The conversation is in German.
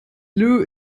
lou